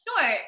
Sure